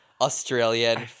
Australian